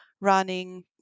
running